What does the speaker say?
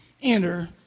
Enter